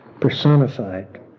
personified